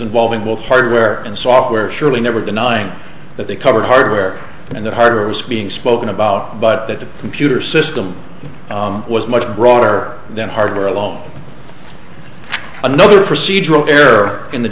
involving will hardware and software surely never denying that they covered hardware and the harder it was being spoken about but that the computer system was much broader than hardware along another procedural error in the